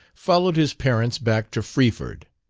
followed his parents back to freeford.